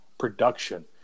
Production